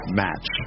match